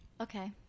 Okay